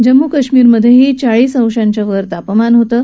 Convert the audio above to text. जम्मू काश्मीरमध्यही चाळीस अंशाच्या वर तापमान होतं